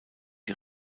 die